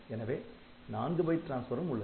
எனவே நான்கு பைட் டிரான்ஸ்பரும் உள்ளது